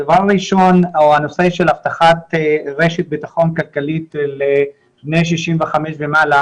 הדבר הראשון הוא הנושא של הבטחת רשת ביטחון כלכלית לבני 65 ומעלה.